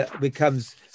becomes